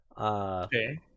Okay